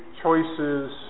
Choices